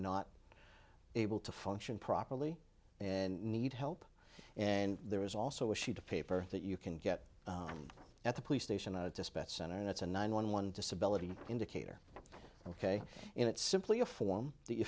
not able to function properly and need help and there is also a sheet of paper that you can get at the police station a suspect center and it's a nine one one disability indicator ok and it's simply a form